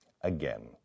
again